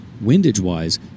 Windage-wise